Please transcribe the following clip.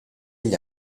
gli